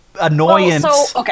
annoyance